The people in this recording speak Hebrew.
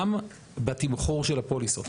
גם בתמחור של הפוליסות.